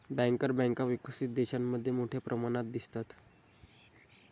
banker बँका विकसित देशांमध्ये मोठ्या प्रमाणात दिसतात